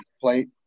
plate